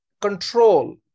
control